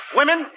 women